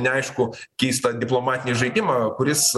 neaiškų keistą diplomatinį žaidimą kuris